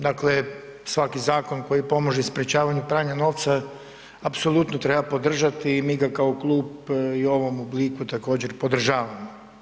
Dakle, svaki zakon koji pomaže sprečavanju pranja novca, apsolutno treba podržati i mi ga kao klub i u ovom obliku također podržavamo.